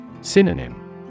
Synonym